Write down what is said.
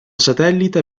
satellite